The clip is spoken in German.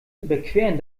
überqueren